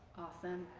awesome!